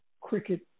cricket